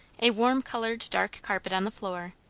a warm-coloured dark carpet on the floor,